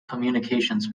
communications